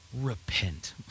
Repent